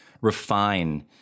refine